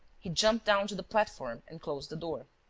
he jumped down to the platform and closed the door.